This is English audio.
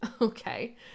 okay